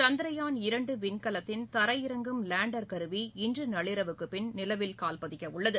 சந்திரயான் இரண்டு விண்கலத்தின் தரையிறங்கும் லேண்டர் கருவி ் இன்று நள்ளிரவுக்குப் பின் நிலவில் கால் பதிக்க உள்ளது